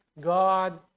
God